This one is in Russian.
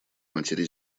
матери